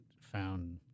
found